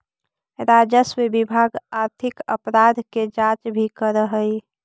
राजस्व विभाग आर्थिक अपराध के जांच भी करऽ हई